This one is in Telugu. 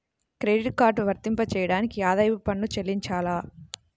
క్రెడిట్ కార్డ్ వర్తింపజేయడానికి ఆదాయపు పన్ను చెల్లించాలా?